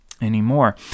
anymore